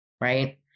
right